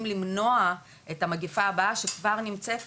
למנוע את המגיפה הבאה שכבר נמצאת כאן.